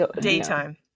daytime